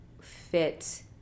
fit